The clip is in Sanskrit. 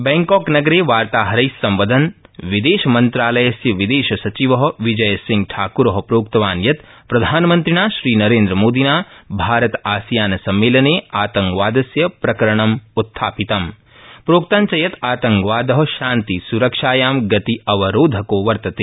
बैंकॉकनगरे वार्ताहरैस्सम्वदन् विदेशमन्त्रालयस्य विदेश सचिव विजय सिंह ठाक्र प्रोक्तवान् यत् प्रधानमन्त्रिणा श्रीनरेन्द्रमोदिना भारत आसियान सम्मेलनं आतंकवादस्य प्रकरणम्त्थापितम् प्रोक्तञ्च यत् आतंकवाद शान्ति सुरक्षायां गति अवरोधको वर्तते